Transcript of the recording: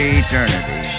eternity